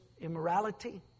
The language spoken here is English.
immorality